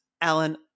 Alan